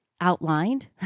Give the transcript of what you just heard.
outlined